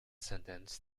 sentence